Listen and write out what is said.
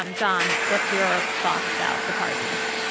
um john, what's your thoughts about the pardons?